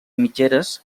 mitgeres